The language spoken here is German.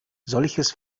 solches